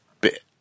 bit